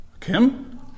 Kim